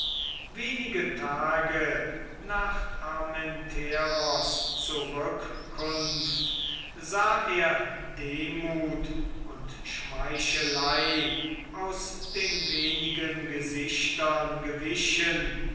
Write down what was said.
wenige tage nach armenteros zurückkunft sah er demuth und schmeichelei aus den wenigen gesichtern entwichen